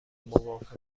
موافق